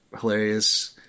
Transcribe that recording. hilarious